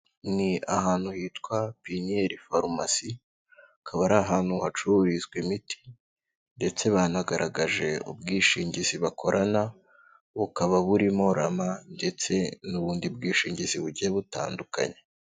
Ni ahantu hitwa Piniyeri farumasi akaba ari ahantu hacururizwa imiti ndetse banagaragaje ubwishingizi bakorana, bukaba burimo rama ndetse n'ubundi bwishingizi bugiye butandukanye.